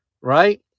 right